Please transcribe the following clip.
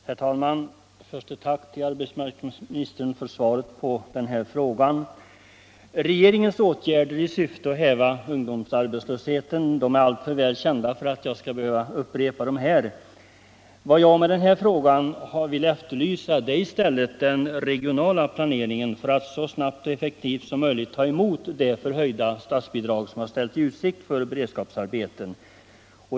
Herr talman! Först ett tack till arbetsmarknadsministern för svaret på min fråga. Regeringens åtgärder i syfte att häva ungdomsarbetslösheten är alltför väl kända för att jag skall behöva upprepa dem här. Vad jag med min fråga vill efterlysa är i stället den regionala planeringen för att så snabbt och effektivt som möjligt ta emot det förhöjda statsbidrag som har ställts i utsikt för beredskapsarbeten.